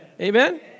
Amen